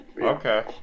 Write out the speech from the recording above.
Okay